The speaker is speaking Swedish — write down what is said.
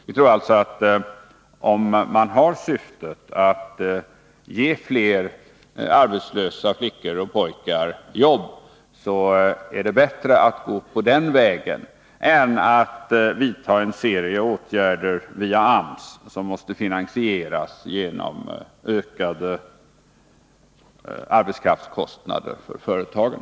Vi tror alltså att om man har syftet att ge fler arbetslösa flickor och pojkar jobb, så är det bättre att gå den vägen än att vidta en serie åtgärder via AMS, som måste finansieras genom ökade arbetskraftskostnader för företagen.